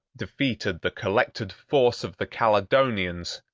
defeated the collected force of the caledonians,